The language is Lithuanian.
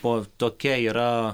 po tokia yra